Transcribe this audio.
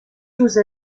روز